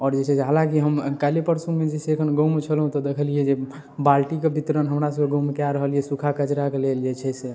आओर जे छै से हलाँकि हम काल्हिये परसुमे जे से एखन गाँवमे छलहुँ तऽ देखलियै जे बाल्टीके वितरण हमरा सबके गाँवमे कए रहल यऽ सूखा कचड़ाके लेल जे छै से